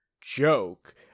joke